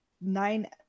nine